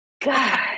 God